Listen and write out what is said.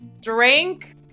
drink